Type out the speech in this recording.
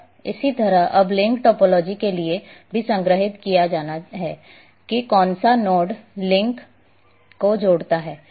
और इसी तरह अब लिंक टोपोलॉजी के लिए भी संग्रहीत किया जाना है कि कौनसा नोड लिंक को जोड़ता है